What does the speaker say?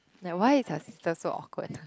like why is your sister so awkward